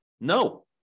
No